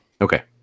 Okay